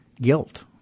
guilt